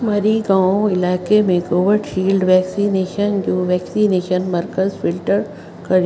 मरिगाओ इलाइक़े में Covishield vaccination जो वैक्सीनेशन मर्कज़ फिल्टर कयो